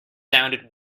sounded